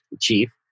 chief